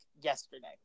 yesterday